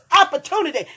opportunity